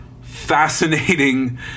Fascinating